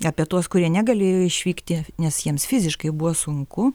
apie tuos kurie negalėjo išvykti nes jiems fiziškai buvo sunku